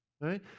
right